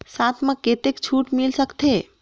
साथ म कतेक छूट मिल सकथे?